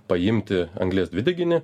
paimti anglies dvideginį